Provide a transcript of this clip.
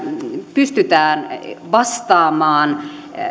pystytään vastaamaan